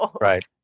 Right